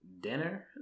Dinner